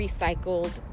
Recycled